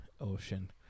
ocean